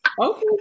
Okay